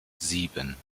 sieben